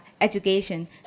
education